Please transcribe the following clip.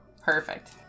Perfect